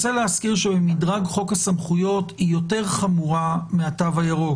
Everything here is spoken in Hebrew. ההתקהלות יותר חמורה מהתו הירוק.